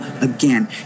Again